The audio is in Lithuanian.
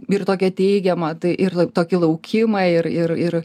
ir tokią teigiamą tai ir tokį laukimą ir ir ir